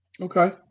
Okay